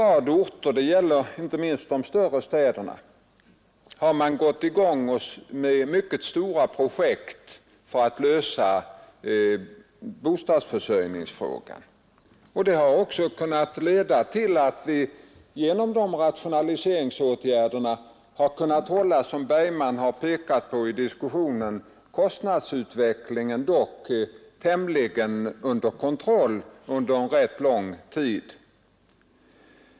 Jag vill betona att inget land kommer ens i närheten av oss i fråga om satsning just på bostadssektorn. Alla vet att det varit en diskussion om hur mycket som skulle få avdelas för bostadsförsörjningen av våra totala resurser. Det har pågått en ständig diskussion om det.